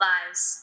Lives